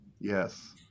Yes